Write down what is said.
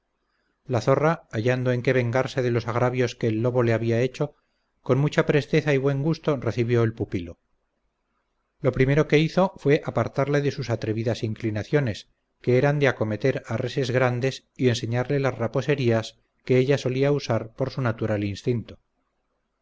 la zorra hallando en que vengarse de los agravios que el lobo le había hecho con mucha presteza y buen gusto recibió el pupilo lo primero que hizo fué apartarle de sus atrevidas inclinaciones que eran de acometer a reses grandes y enseñarle las raposerías que ella solía usar por su natural